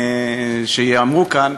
הטיעונים שייאמרו כאן,